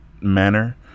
manner